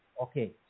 Okay